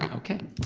okay.